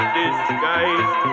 disguise